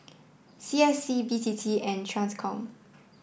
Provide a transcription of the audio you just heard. C S C B T T and TRANSCOM